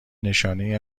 نشانهای